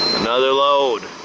another load.